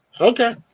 Okay